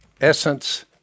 essence